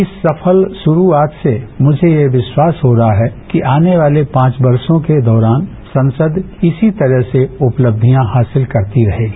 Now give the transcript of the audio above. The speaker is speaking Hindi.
इस सफल शुरुआत से मुझे यह विस्वास हो रहा है कि आने वाले पांच वर्षों के दौरान संसद इसी तरह से उपलब्धियां हासिल करती रहेगी